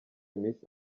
miss